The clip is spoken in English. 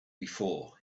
before